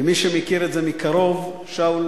מי שמכיר את זה מקרוב, שאול